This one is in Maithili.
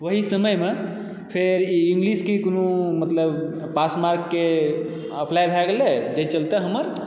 वही समयमे फेर ई इंग्लिशके कोनो मतलब पासमार्कके अप्लाई भए गेलै जाहि चलते हमर